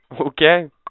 Okay